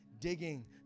digging